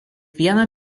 vieną